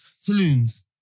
saloons